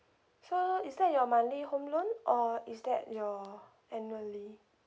so is that your monthly home loan or is that your annually